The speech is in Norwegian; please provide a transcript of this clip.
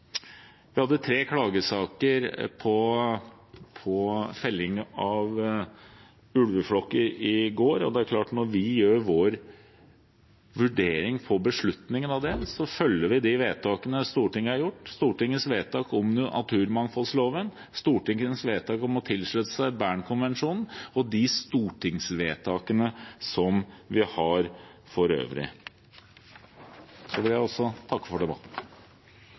Vi hadde tre klagesaker på felling av ulveflokker i går, og når vi gjør vår vurdering av beslutningen om det, følger vi de vedtakene Stortinget har gjort: Stortingets vedtak om naturmangfoldloven, Stortingets vedtak om å tilslutte seg Bernkonvensjonen, og de stortingsvedtakene som vi har for øvrig. Så vil jeg også takke for debatten.